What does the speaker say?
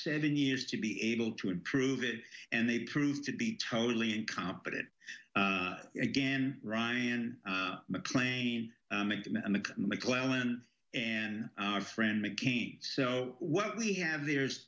seven years to be able to approve it and they proved to be totally incompetent again ryan mclean and mcclellan and our friend mccain so what we have there's